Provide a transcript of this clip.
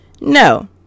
No